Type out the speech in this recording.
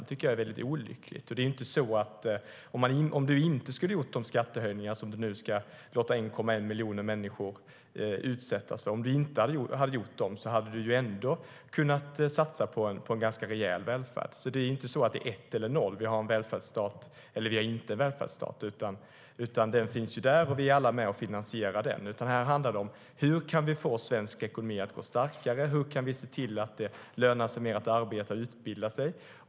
Jag tycker att det är olyckligt. Det är inte så att om du inte hade gjort de skattehöjningar som du nu ska låta 1,1 miljon människor utsättas för hade du inte kunnat satsa på en ganska rejäl välfärd. Det är inte ett eller noll, att vi har en välfärdsstat eller inte har en välfärdsstat. Den finns ju där, och vi är alla med och finansierar den. Här handlar det om: Hur kan vi få svensk ekonomi att stå starkare? Hur kan vi se till att det lönar sig mer att arbeta och utbilda sig?